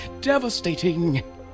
Devastating